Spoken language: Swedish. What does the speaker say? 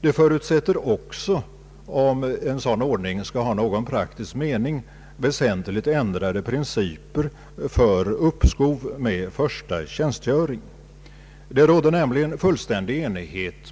Det förutsätter också, om en sådan ordning skall ha någon praktisk mening, väsentligt ändrade principer för uppskov med första tjänstgöring.